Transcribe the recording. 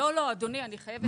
לא, אדוני, אני חייבת לומר.